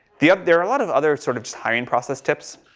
the other, there are a lot of other, sort of just hiring process tips.